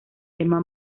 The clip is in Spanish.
tema